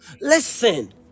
Listen